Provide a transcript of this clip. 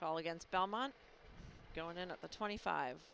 call against belmont going into the twenty five